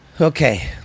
Okay